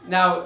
Now